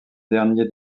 derniers